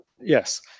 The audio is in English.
yes